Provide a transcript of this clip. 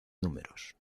números